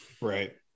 Right